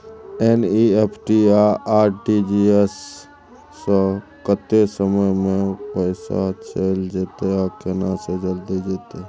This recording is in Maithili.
एन.ई.एफ.टी आ आर.टी.जी एस स कत्ते समय म पैसा चैल जेतै आ केना से जल्दी जेतै?